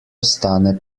ostane